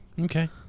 Okay